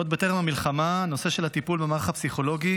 עוד לפני המלחמה נושא הטיפול במערך הפסיכולוגי